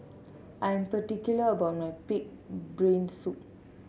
I'm particular about my pig brain soup